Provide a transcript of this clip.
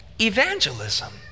Evangelism